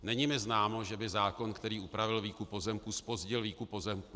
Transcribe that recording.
Není mi známo, že by zákon, který upravil výkup pozemků, zpozdil výkup pozemků.